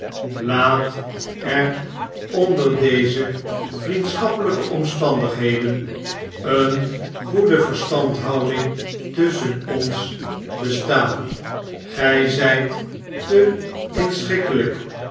laat er onder deze vriendschappelyke omstandigheden een goede verstandhouding tusschen ons bestaan gy zijt te inschikkelyk